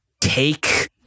take